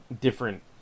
different